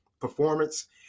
performance